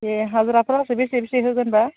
ए हाजिराफोरासो बेसे बेसे होगोनबा